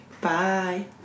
Bye